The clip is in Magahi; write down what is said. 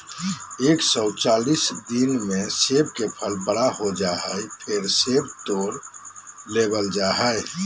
एक सौ चालीस दिना मे सेब के फल बड़ा हो जा हय, फेर सेब तोड़ लेबल जा हय